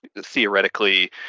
theoretically